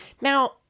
Now